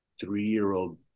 three-year-old